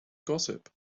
gossip